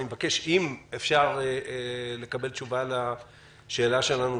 אני מבקש לקבל תשובה לשאלה שלנו,